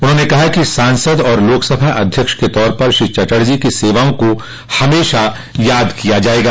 उन्होंने कहा कि सांसद और लोकसभा अध्यक्ष के तौर पर श्री चटर्जी की सेवाओं को हमेशा याद किया जायेगा